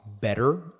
better